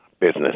Business